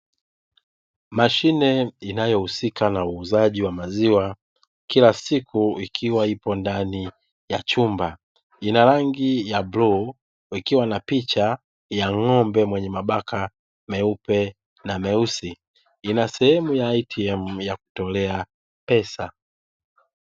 Mashine inayohusika na uuzaji wa maziwa kila siku ikiwa ipo ndani ya chumba, ina rangi ya buluu ikiwa na picha ya ng'ombe mwenye mabaki ya rangi nyeupe na nyeusi, ina sehemu ya ATM, ya kutolea pesa.